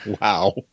Wow